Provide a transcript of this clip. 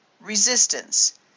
Resistance